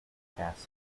chassis